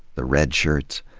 the red shirts.